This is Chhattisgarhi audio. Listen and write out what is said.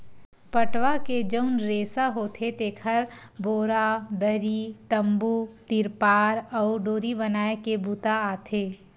पटवा के जउन रेसा होथे तेखर बोरा, दरी, तम्बू, तिरपार अउ डोरी बनाए के बूता आथे